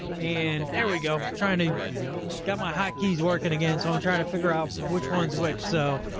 and there we go, trying to get my hotkeys working again. so i'm trying to figure out which one's which. so,